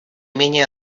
менее